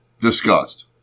discussed